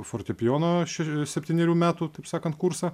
fortepijono ši septynerių metų taip sakant kursą